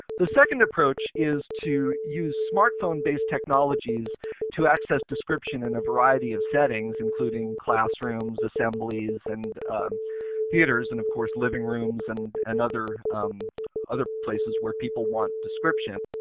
the second approach is to use smart phone based technologies to access descriptions in a variety of settings including classrooms, assemblies and theaters and of course living rooms and and other other places where people want description.